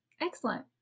Excellent